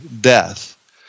death